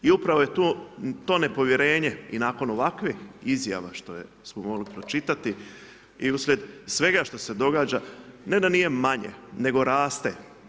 I upravo je to nepovjerenje i nakon ovakvih izjava što smo mogli pročitati i uslijed svega što se događa, ne da nije manje, nego raste.